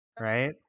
Right